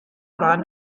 bahn